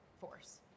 force